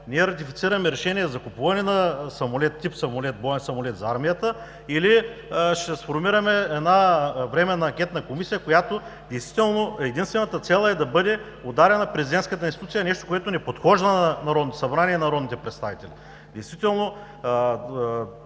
Ние ратифицираме решение за купуване на тип боен самолет за армията или ще сформираме една Временна анкетна комисия, на която действително единствената цел е да бъде ударена президентската институция. Нещо, което не подхожда на Народното събрание и на народните представители. Такава реч,